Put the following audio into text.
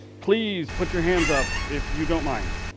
please put your hands up, if you don't mind,